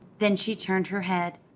then she turned her head.